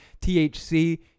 THC